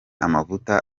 amavuta